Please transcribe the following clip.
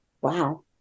wow